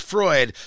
Freud